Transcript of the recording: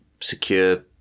secure